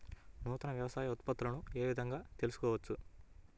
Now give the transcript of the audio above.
నూతన వ్యవసాయ ఉత్పత్తులను ఏ విధంగా తెలుసుకోవచ్చు?